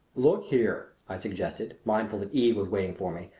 look here! i suggested, mindful that eve was waiting for me.